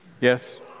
Yes